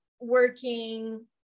working